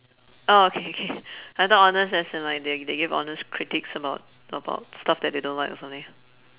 orh K K I thought honest as in like they they give honest critiques about about stuff that they don't like or something